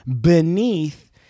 beneath